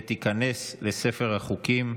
ותיכנס לספר החוקים.